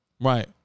Right